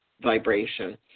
vibration